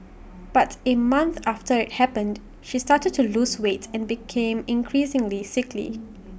but A month after IT happened she started to lose weight and became increasingly sickly